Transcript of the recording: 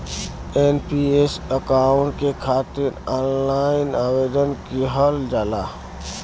NPS account के खातिर online आवेदन किहल जाला